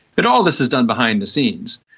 but all this is done behind the scenes.